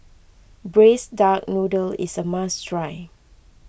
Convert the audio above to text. Braised Duck Noodle is a must try